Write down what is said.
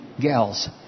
gals